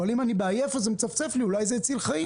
אבל אני עייף, אז זה מצפצף לי, אולי זה הציל חיים.